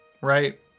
right